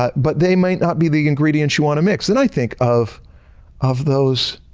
but they might not be the ingredients you want to mix. and i think of of those